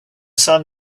sun